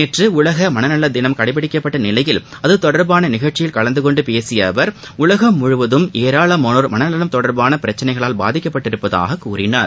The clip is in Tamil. நேற்று உலக மனநல தினம் கடைபிடிக்கப்பட்ட நிலையில் அத்தொடர்பான நிகழ்ச்சியில் கலந்துகொண்ட பேசிய அவர் உலகம் முழுவதும் ஏராளமானோர் மனநலம் தொடர்பான பிரச்சனைகளால் பாதிக்கப்பட்டுள்ளதாக அவர் கூறினார்